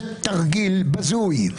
זה תרגיל בזוי.